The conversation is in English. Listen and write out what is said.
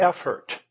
effort